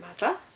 mother